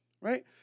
Right